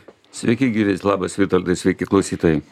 sveiki gyvi labas vitoldai sveiki klausytojai